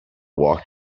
walked